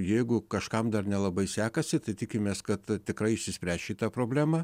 jeigu kažkam dar nelabai sekasi tai tikimės kad tikrai išsispręs šita problema